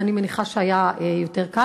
אני מניחה שהיה יותר קל.